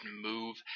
move